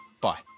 Bye